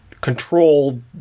control